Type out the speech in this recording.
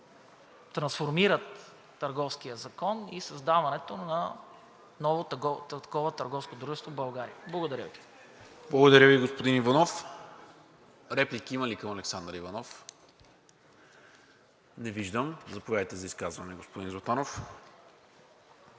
трансформират Търговския закон, и създаването на ново търговско дружество в България. Благодаря Ви. ПРЕДСЕДАТЕЛ НИКОЛА МИНЧЕВ: Благодаря Ви, господин Иванов. Реплики има ли към Александър Иванов? Не виждам. Заповядайте за изказване, господин Златанов.